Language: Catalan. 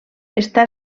està